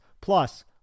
plus